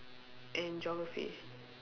and geography